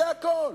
זה הכול.